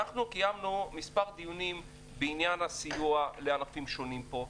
קיימנו מספר דיונים בעניין הסיוע לענפים שונים פה,